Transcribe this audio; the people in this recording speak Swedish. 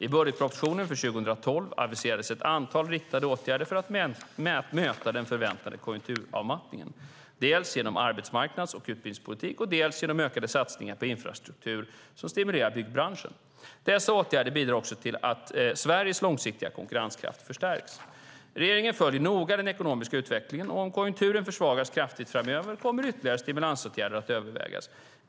I budgetpropositionen för 2012 aviserades ett antal riktade åtgärder för att möta den förväntade konjunkturavmattningen, dels genom arbetsmarknads och utbildningspolitik, dels genom ökade satsningar på infrastruktur som stimulerar byggbranschen. Dessa åtgärder bidrar också till att Sveriges långsiktiga konkurrenskraft förstärks. Regeringen följer noga den ekonomiska utvecklingen och om konjunkturen försvagas kraftigt framöver kommer ytterligare stimulansåtgärder att övervägas.